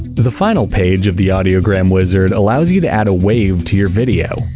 but the final page of the audiogram wizard allows you to add a wave to your video.